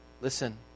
Listen